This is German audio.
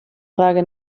frage